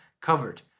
covered